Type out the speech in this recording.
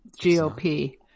GOP